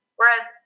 Whereas